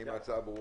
האם ההצעה ברורה?